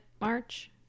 march